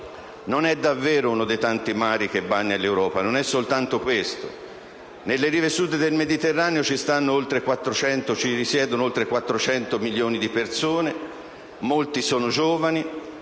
non è davvero uno dei tanti mari che bagnano l'Europa. Non è soltanto questo. Nelle rive Sud del Mediterraneo risiedono oltre 400 milioni di persone, molti giovani.